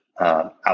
out